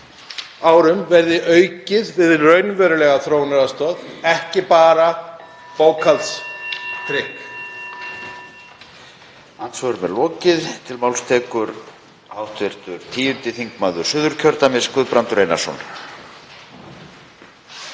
árum verði aukið við raunverulega þróunaraðstoð, ekki bara bókhaldstrikk.